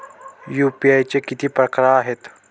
UPI चे किती प्रकार आहेत?